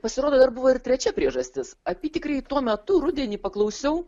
pasirodo dar buvo ir trečia priežastis apytikriai tuo metu rudenį paklausiau